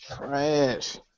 Trash